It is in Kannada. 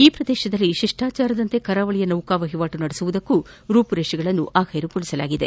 ಈ ಪ್ರದೇಶದಲ್ಲಿ ಶಿಷ್ಪಾಚಾರದಂತೆ ಕರಾವಳಿಯ ನೌಕಾ ವಹಿವಾಟು ನಡೆಸುವುದಕ್ಕೂ ರೂಪುರೇಷೆಗಳನ್ನು ಅಂತಿಮಗೊಳಿಸಲಾಗಿದೆ